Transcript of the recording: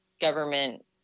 government